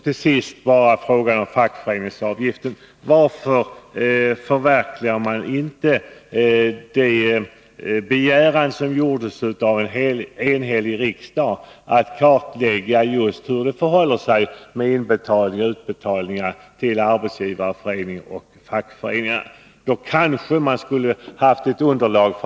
Till sist om fackföreningsavgiften: Varför förverkligar man inte den begäran som gjordes av en enhällig riksdag om en kartläggning av hur det förhåller sig med inbetalningar och utbetalningar till arbetsgivarföreningar och fackföreningar?